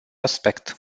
aspect